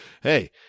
Hey